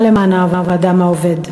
מה "למען האדם העובד",